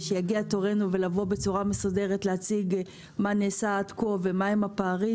וכשיגיע תורנו לבוא בצורה מסודרת להציג מה נעשה עד כה ומהם הפערים,